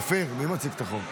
אופיר, מי מציג את החוק?